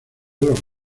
los